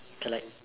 I like